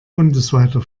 bundesweiter